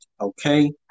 Okay